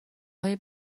های